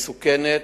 מסוכנת,